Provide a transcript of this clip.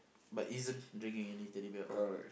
but isn't bringing any Teddy Bear all